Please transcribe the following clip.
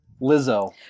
Lizzo